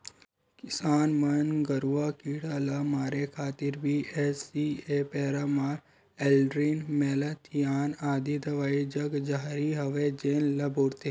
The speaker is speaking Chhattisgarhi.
किसान मन गरूआ कीरा ल मारे खातिर बी.एच.सी.ए पैरामार, एल्ड्रीन, मेलाथियान आदि दवई जगजाहिर हवय जेन ल बउरथे